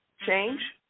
change